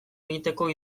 egiteko